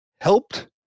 helped